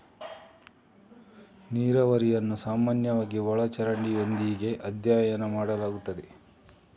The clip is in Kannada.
ನೀರಾವರಿಯನ್ನು ಸಾಮಾನ್ಯವಾಗಿ ಒಳ ಚರಂಡಿಯೊಂದಿಗೆ ಅಧ್ಯಯನ ಮಾಡಲಾಗುತ್ತದೆ